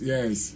Yes